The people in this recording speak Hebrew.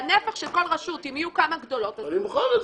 בנפח של כל רשות אם יהיו כמה גדולות אז --- אני מוכן לזה,